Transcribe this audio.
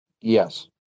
Yes